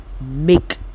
make